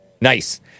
Nice